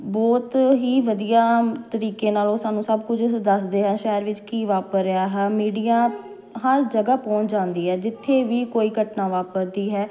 ਬਹੁਤ ਹੀ ਵਧੀਆ ਤਰੀਕੇ ਨਾਲ ਉਹ ਸਾਨੂੰ ਸਭ ਕੁਝ ਦੱਸਦੇ ਆ ਸ਼ਹਿਰ ਵਿੱਚ ਕੀ ਵਾਪਰ ਰਿਹਾ ਹੈ ਮੀਡੀਆ ਹਰ ਜਗ੍ਹਾ ਪਹੁੰਚ ਜਾਂਦੀ ਹੈ ਜਿੱਥੇ ਵੀ ਕੋਈ ਘਟਨਾ ਵਾਪਰਦੀ ਹੈ